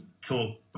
talk